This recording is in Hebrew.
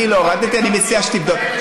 אני לא הורדתי, אני מציע שתבדוק.